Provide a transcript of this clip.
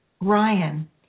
Ryan